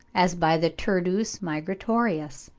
as by the turdus migratorius.